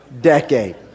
decade